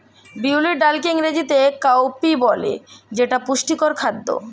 বিউলির ডালকে ইংরেজিতে কাউপি বলে যেটা পুষ্টিকর খাদ্য